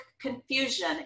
confusion